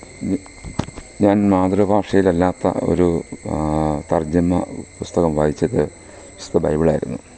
ഞാൻ മാതൃ ഭാഷയിലല്ലാത്ത ഒരു തർജ്ജിമ പുസ്തകം വായിച്ചത് വിശുദ്ധ ബൈബിളായിരുന്നു